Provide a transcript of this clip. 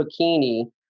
bikini